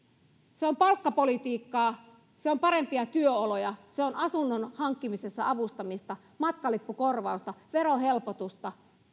se on palkkapolitiikkaa se on parempia työoloja se on asunnon hankkimisessa avustamista matkalippukorvausta verohelpotusta